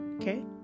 okay